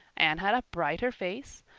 anne had a brighter face,